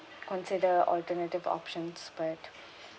consider alternative options but